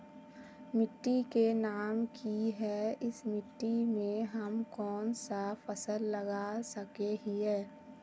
मिट्टी के नाम की है इस मिट्टी में हम कोन सा फसल लगा सके हिय?